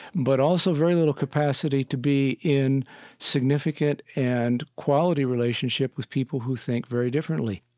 but also very little capacity to be in significant and quality relationships with people who think very differently